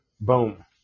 boom